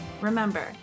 Remember